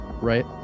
right